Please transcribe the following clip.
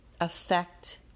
affect